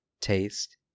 taste